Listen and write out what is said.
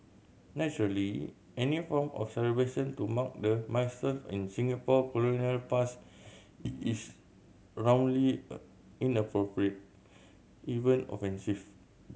naturally any form of celebration to mark the milestones in Singapore colonial past is roundly a even offensive